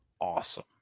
awesome